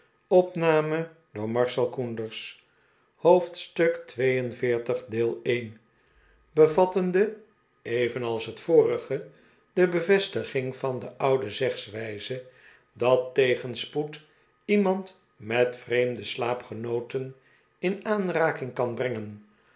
hoofdstuk xlil bevattende eyenals net vorige de bevestiging van de oude zegswijze dat tegenspoed iemand met vreemde slaapgenooten in aanraking kan